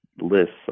lists